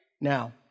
Now